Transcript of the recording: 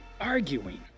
arguing